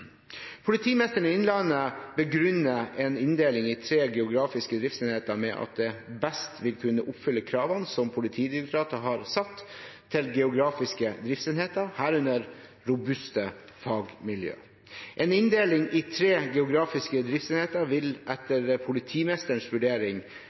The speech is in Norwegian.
Politimesteren i Innlandet begrunner en inndeling i tre geografiske driftsenheter med at det best vil kunne oppfylle kravene som Politidirektoratet har satt til geografiske driftsenheter, herunder robuste fagmiljø. En inndeling i tre geografiske driftsenheter vil